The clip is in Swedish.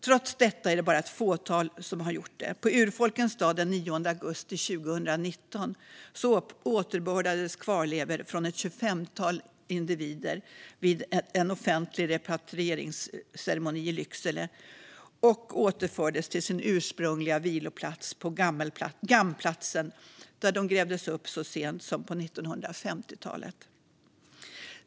Trots detta är det bara ett fåtal som har återlämnats. På urfolkens dag den 9 augusti 2019 återbördades kvarlevor från ett tjugofemtal individer vid en offentlig repatrieringsceremoni i Lycksele och återfördes till sin ursprungliga viloplats på Gammplatsen, där de grävdes upp så sent som på 1950-talet.